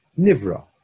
Nivra